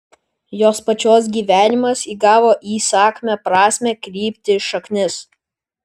jos pačios gyvenimas įgavo įsakmią prasmę kryptį šaknis